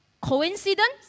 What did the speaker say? Coincidence